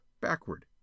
backward